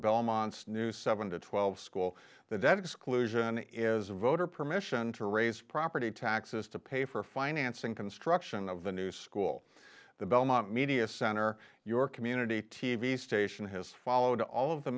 belmont's new seven to twelve school the debt exclusion is voter permission to raise property taxes to pay for financing construction of the new school the belmont media center your community t v station has followed all of the